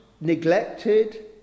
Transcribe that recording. neglected